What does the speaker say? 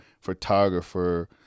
photographer